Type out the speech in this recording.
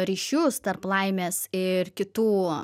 ryšius tarp laimės ir kitų